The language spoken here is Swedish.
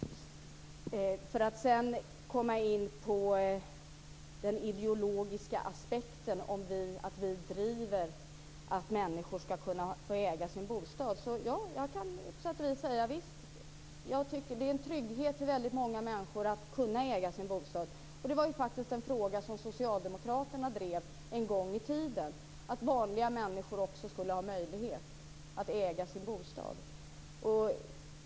Sedan vill jag komma in på den ideologiska aspekten i att vi driver att människor ska kunna få äga sin bostad. Jag kan på sätt och vis säga visst, jag tycker att det är en trygghet för väldigt många människor att kunna äga sin bostad. Det var ju faktiskt en fråga som socialdemokraterna drev en gång i tiden; att vanliga människor också skulle ha möjlighet att äga sin bostad.